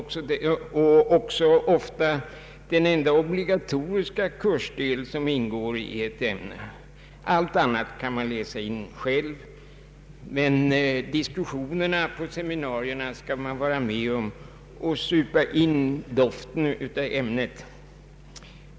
De är ofta den enda obligatoriska kursdel som ingår i ett ämne. Allt annat kan man läsa in själv, men diskussionerna på seminarierna skall man vara med om för att där supa in doften av ämnet.